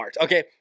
Okay